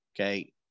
okay